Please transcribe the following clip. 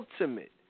ultimate